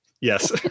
yes